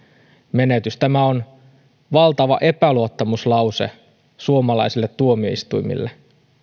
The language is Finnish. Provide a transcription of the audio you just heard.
menetys tämä on valtava epäluottamuslause suomalaisille tuomioistuimille